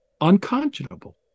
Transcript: unconscionable